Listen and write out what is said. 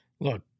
Look